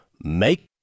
make